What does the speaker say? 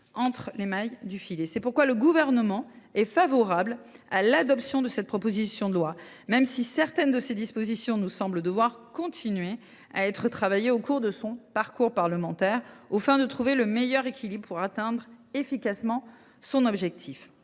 C’est pourquoi le Gouvernement est favorable à l’adoption de cette proposition de loi, même si certaines de ses dispositions nous semblent devoir continuer à être travaillées au cours de son parcours parlementaire, de manière à trouver le meilleur équilibre pour atteindre efficacement l’objectif